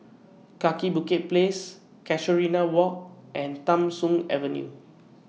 Kaki Bukit Place Casuarina Walk and Tham Soong Avenue